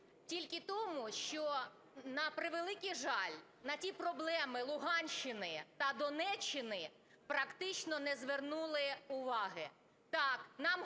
тільки тому, що, на превеликий жаль, на ті проблеми Луганщини та Донеччини практично не звернули уваги. Так, нам говорять